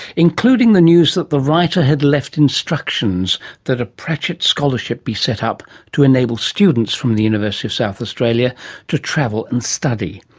including the news that the writer had left instructions that a pratchett scholarship be set up to enable students from the university of south australia to travel and study.